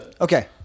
Okay